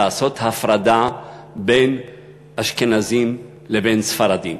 לעשות הפרדה בין אשכנזים לבין ספרדים?